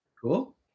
Cool